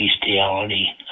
bestiality